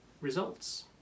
results